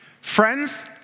Friends